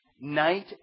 night